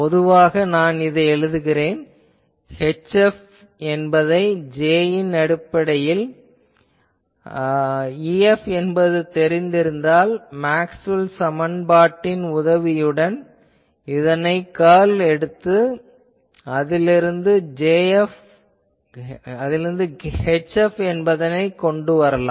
பொதுவாக நான் இவ்வாறு எழுதுவேன் HF என்பதை j ன் அடிப்படையில் ஆனால் EF என்பது தெரிந்திருந்தால் மேக்ஸ்வெல் சமன்பாட்டின் உதவியுடன் இதன் கர்ல் எடுத்து அதிலிருந்து HF என்பதினை கொண்டு வரலாம்